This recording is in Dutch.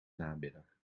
namiddag